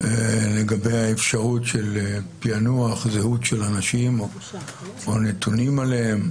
לגבי אפשרות פענוח זהות של אנשים או נתונים עליהם.